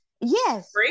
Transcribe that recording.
Yes